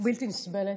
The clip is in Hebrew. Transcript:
בלתי נסבלת,